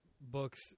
books